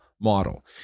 model